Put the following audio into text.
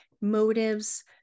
motives